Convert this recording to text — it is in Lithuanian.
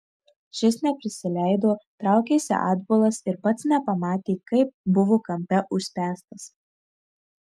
šis neprisileido traukėsi atbulas ir pats nepamatė kaip buvo kampe užspęstas